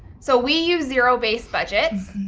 so we use zero based budgets,